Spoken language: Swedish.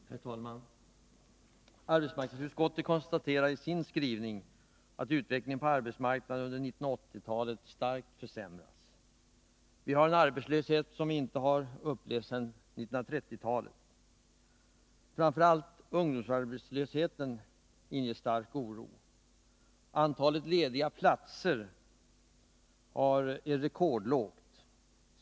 Herr talman! Arbetsmarknadsutskottet konstaterar i sin skrivning att utvecklingen på arbetsmarknaden under 1980-talet har starkt försämrats. Vi har en arbetslöshet av en omfattning som vi inte har upplevt sedan 1930-talet. Framför allt ungdomsarbetslösheten inger stark oro. Antalet lediga platser är rekordlågt.